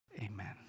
Amen